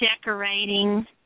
decorating